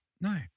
No